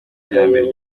iterambere